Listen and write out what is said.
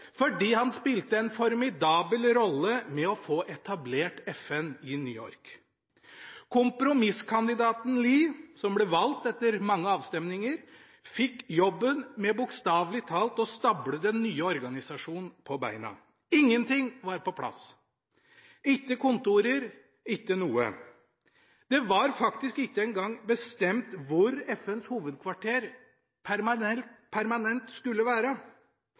fordi han spilte en formidabel rolle med å få etablert FN i New York. Kompromisskandidaten Lie, som ble valgt etter mange avstemninger, fikk jobben med bokstavelig talt å stable den nye organisasjonen på beina. Ingenting var på plass – ikke kontorer, ingenting. Det var faktisk ikke engang bestemt hvor FNs hovedkvarter permanent skulle være.